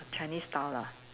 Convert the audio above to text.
Chinese style lah